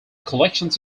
collections